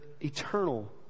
eternal